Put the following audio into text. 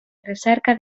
recerca